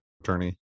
attorney